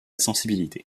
sensibilité